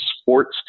sports